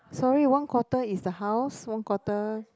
sorry one quarter is the house one quarter